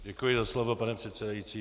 Děkuji za slovo, pane předsedající.